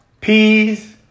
peas